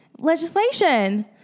legislation